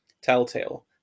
Telltale